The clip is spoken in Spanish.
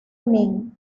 ming